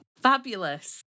Fabulous